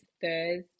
Thursday